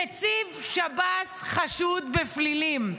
נציב שב"ס חשוד בפלילים.